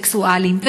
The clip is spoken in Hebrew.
הומוסקסואלים,